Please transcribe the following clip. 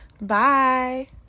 Bye